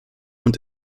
und